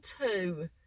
two